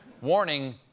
Warning